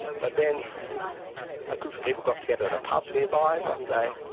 but then a group of people got together at a pub nearby one day,